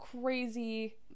crazy